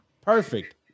Perfect